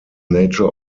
nature